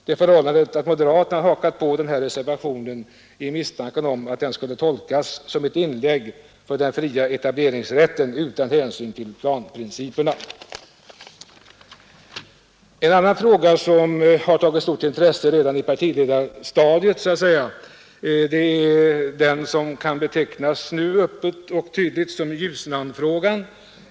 Det förhållandet att moderaterna hakat på den här reservationen ger misstankar om att den skulle kunna tolkas som ett inlägg för den fria etableringsrätten utan hänsyn till planprinciperna. En annan fråga som har väckt stort intresse redan på partiledarstadiet så att säga är den som öppet och tydligt kan betecknas som Ljusnanfrågan.